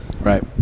Right